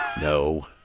No